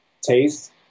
taste